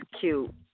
cute